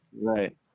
Right